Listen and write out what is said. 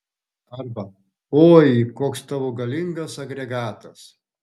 arba oi koks tavo galingas agregatas